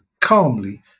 calmly